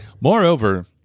Moreover